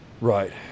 Right